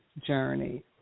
journey